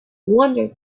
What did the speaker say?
wanders